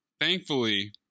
thankfully